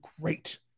Great